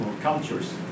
cultures